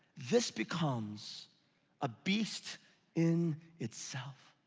this becomes a beast in itself.